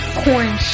corn